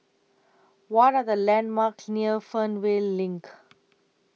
What Are The landmarks near Fernvale LINK